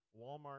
Walmart